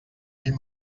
ell